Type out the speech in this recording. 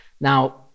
Now